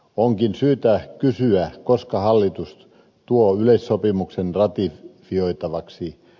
onkin syytä kysyä koska hallitus tuo yleissopimuksen ratifioitavaksi